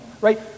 Right